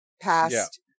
past